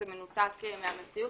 זה מנותק מהמציאות.